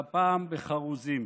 והפעם בחרוזים: